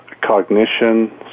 cognition